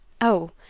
Oh